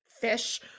fish